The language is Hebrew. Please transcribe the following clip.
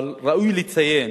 אבל ראוי לציין